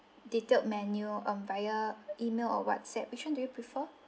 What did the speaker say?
detailed menu um via email or whatsapp which one do you prefer